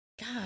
God